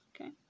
okay